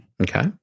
Okay